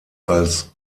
als